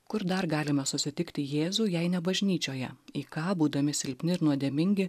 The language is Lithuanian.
kur dar galima sutikti jėzų jei ne bažnyčioje į ką būdami silpni nuodėmingi